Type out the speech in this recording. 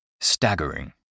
Staggering